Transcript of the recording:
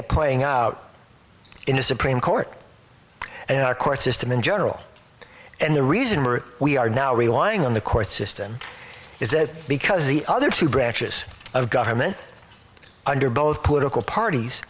it playing out in the supreme court and in our court system in general and the reason we are we are now relying on the court system is that because the other two branches of government under both political parties